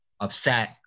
upset